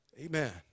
Amen